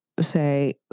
say